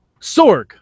Sorg